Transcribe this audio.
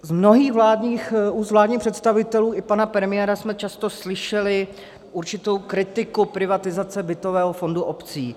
Z mnohých úst vládních představitelů i pana premiéra jsme často slyšeli určitou kritiku privatizace bytového fondu obcí.